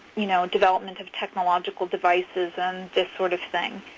you know development of technological devices and this sort of thing.